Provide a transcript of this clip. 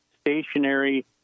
stationary